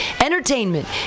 entertainment